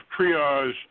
triage